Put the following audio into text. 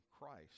Christ